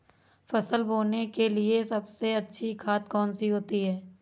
फसल बोने के लिए सबसे अच्छी खाद कौन सी होती है?